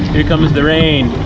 comes the rain.